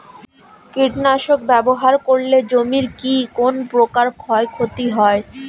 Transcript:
কীটনাশক ব্যাবহার করলে জমির কী কোন প্রকার ক্ষয় ক্ষতি হয়?